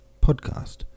podcast